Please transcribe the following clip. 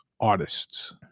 artists